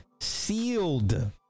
sealed